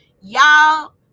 y'all